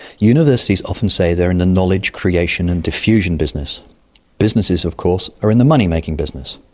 universities often say they're in the knowledge creation and diffusion business businesses, of course, are in the moneymaking business.